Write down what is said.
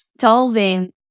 solving